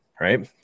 right